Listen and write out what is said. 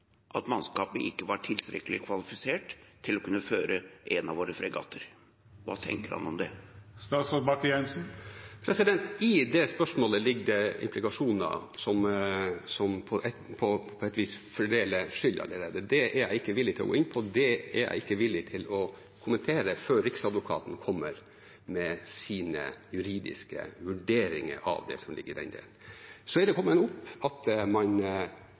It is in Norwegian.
at mannskapet ikke var tilstrekkelig kvalifisert til å kunne føre en av våre fregatter? Hva tenker han om det? I det spørsmålet ligger det implikasjoner som på et vis fordeler skyld allerede. Det er jeg ikke villig til å gå inn på, det er jeg ikke villig til å kommentere før Riksadvokaten kommer med sine juridiske vurderinger av det som ligger i den delen. Det er kommet opp at man